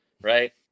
right